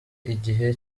igihe